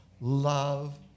love